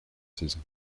saison